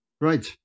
Right